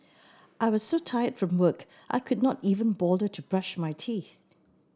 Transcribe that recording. I was so tired from work I could not even bother to brush my teeth